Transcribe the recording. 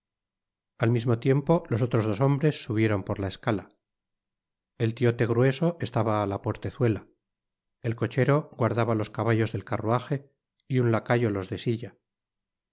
al mismo tiempo los otros dos hombres subieron por la escala el tiote grueso estaba á la portezuela el cochero guardaba los caballos del carruaje y un lacayo los de silla